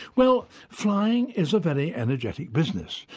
well, flying is a very energetic business,